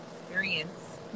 experience